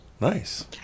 Nice